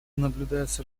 наблюдается